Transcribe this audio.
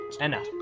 Anna